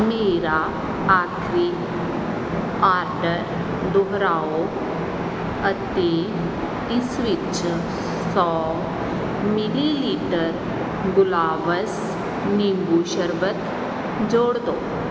ਮੇਰਾ ਆਖਰੀ ਆਰਡਰ ਦੁਹਰਾਓ ਅਤੇ ਇਸ ਵਿੱਚ ਸੌ ਮਿਲੀਲੀਟਰ ਗੁਲਾਬਜ਼ ਨਿੰਬੂ ਸ਼ਰਬਤ ਜੋੜ ਦਿਉ